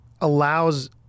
allows